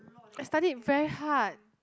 I studied very hard